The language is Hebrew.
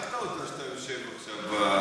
שיחקת אותה שאתה יושב עכשיו בראש.